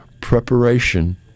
preparation